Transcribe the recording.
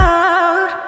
out